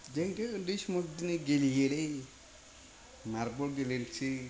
जोंथ' उन्दै समाव बिदिनो गेलेयोलै मार्बल गेलेनोसै